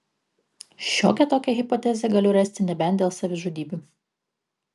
šiokią tokią hipotezę galiu rasti nebent dėl savižudybių